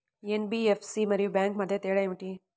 NBFC మరియు bank మధ్య తేడా ఏమిటీ?